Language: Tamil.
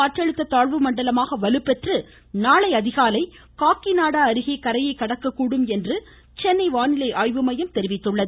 காற்றழுத்த தாழ்வு மண்டலமாக வலுப்பெற்று நாளை அதிகாலை காக்கி நாடா அருகே கரையை கடக்க கூடும் என்று சென்னை வானிலை ஆய்வு மையம் தெரிவித்துள்ளது